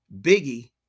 Biggie